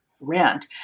rent